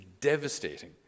devastating